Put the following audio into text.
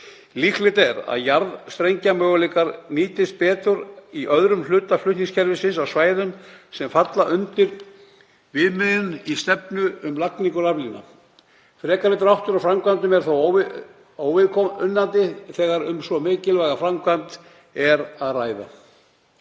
Líklegt er að jarðstrengsmöguleikar nýtist betur í öðrum hlutum flutningskerfisins á svæðum sem falla undir viðmið í stefnu um lagningu raflína. Frekari dráttur á framkvæmdum er því óviðunandi þegar um svo mikilvæga framkvæmd er að ræða.